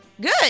Good